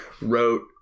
wrote